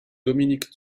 dominique